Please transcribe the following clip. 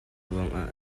ruangah